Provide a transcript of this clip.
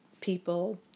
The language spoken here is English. people